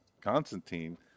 Constantine